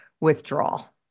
withdrawal